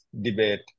debate